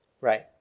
Right